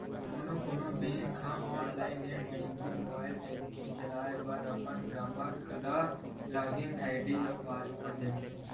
कोनो कोनो बेंक ह online net banking, mobile banking चलाए बर अपन गराहक ल लॉगिन आईडी अउ पासवर्ड देथे